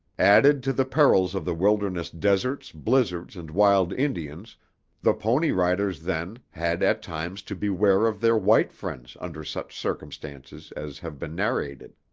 added to the perils of the wilderness deserts, blizzards, and wild indians the pony riders, then, had at times to beware of their white friends under such circumstances as have been narrated.